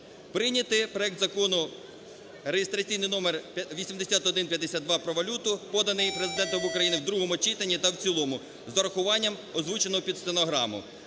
Прийняти проект Закону реєстраційний номер 8152 про валюту, поданий Президентом України, в другому читанні та в цілому з урахуванням озвученого під стенограму.